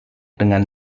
dengan